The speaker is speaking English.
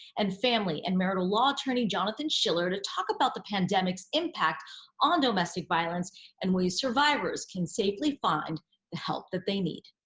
and family and marital law attorney, jonathan schiller to talk about the pandemic's impact on domestic violence and ways survivors can safely find the help that they need.